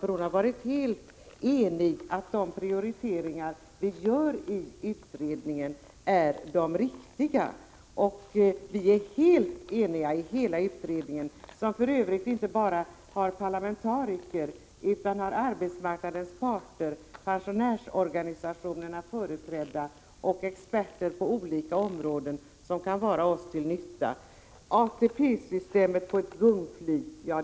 Förste vice talmannen har varit enig med oss övriga om att de prioriteringar vi gör i utredningen är riktiga. Vi är helt eniga i utredningen, i vilken för övrigt inte bara ingår parlamentariker utan även företrädare för arbetsmarknadens parter och pensionsorganisationerna samt experter på olika områden som kan vara oss till nytta. ATP-systemet på ett gungfly var ord som Gullan Lindblad använde.